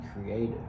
creative